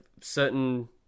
certain